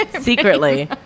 secretly